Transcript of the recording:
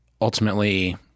ultimately